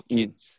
Kids